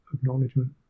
acknowledgement